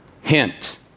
Hint